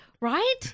right